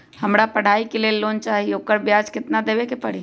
हमरा पढ़ाई के लेल लोन चाहि, ओकर ब्याज केतना दबे के परी?